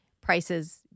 prices